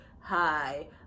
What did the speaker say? hi